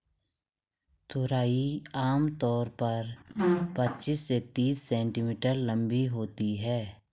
तुरई आम तौर पर पचीस से तीस सेंटीमीटर लम्बी होती है